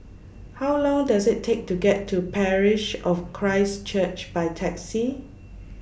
How Long Does IT Take to get to Parish of Christ Church By Taxi